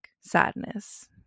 sadness